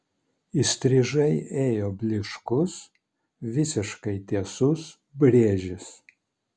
įstrižai ėjo blyškus visiškai tiesus brėžis